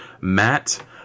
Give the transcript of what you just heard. matt